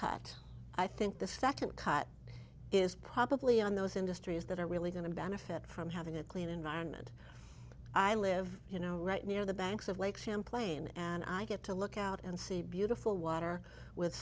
cut i think the second cut is probably on those industries that are really going to benefit from having a clean environment i live you know right near the banks of lake champlain and i get to look out and see beautiful water with